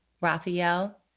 Raphael